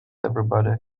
everybody